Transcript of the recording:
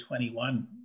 21